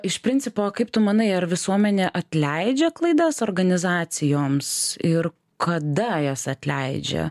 iš principo kaip tu manai ar visuomenė atleidžia klaidas organizacijoms ir kada jas atleidžia